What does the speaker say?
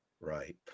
Right